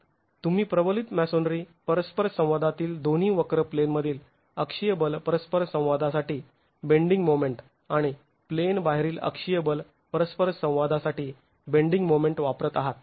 तुम्ही प्रबलित मॅसोनरी परस्पर संवादातील दोन्ही वक्र प्लेनमधील अक्षीय बल परस्पर संवादासाठी बेंडिंग मोमेंट आणि प्लेनबाहेरील अक्षीय बल परस्पर संवादासाठी बेंडिंग मोमेंट वापरत आहात